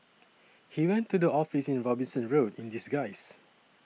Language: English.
he went to the office in Robinson Road in disguise